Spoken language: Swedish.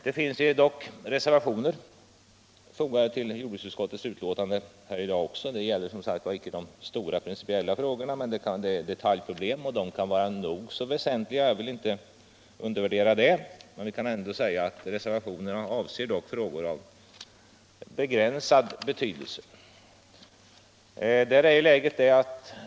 Det finns dock reservationer fogade till jordbruksutskottets betänkande också i dag. De gäller icke de stora principiella frågorna, utan detaljproblem, men dessa kan vara nog så väsentliga. Jag vill inte undervärdera dem, men jag kan ändå säga att reservationerna avser frågor av begränsad betydelse.